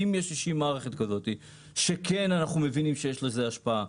אם יש מערכת כזאת שאנחנו מבינים שיש לה השפעה,